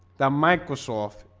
that microsoft